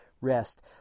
rest